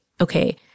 okay